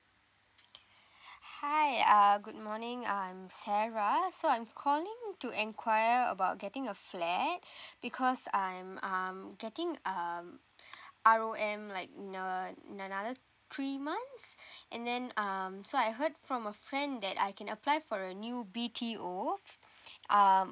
hi uh good morning I'm sarah so I'm calling to enquire about getting a flat because I'm um getting um R_O_M like in a~ in another three months and then um so I heard from a friend that I can apply for a new B_T_O um